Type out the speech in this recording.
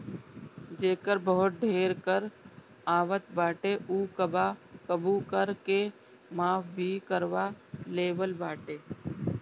जेकर बहुते ढेर कर आवत बाटे उ कबो कबो कर के माफ़ भी करवा लेवत बाटे